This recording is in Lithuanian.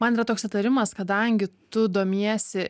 man yra toks įtarimas kadangi tu domiesi